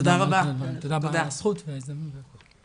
תודה רבה על הזכות, ההזדמנות והכל.